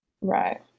Right